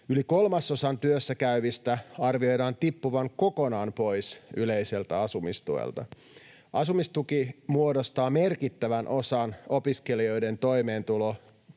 Yli kolmasosan työssäkäyvistä arvioidaan tippuvan kokonaan pois yleiseltä asumistuelta. Asumistuki muodostaa merkittävän osan opiskelijoiden toimeentulosta,